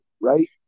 right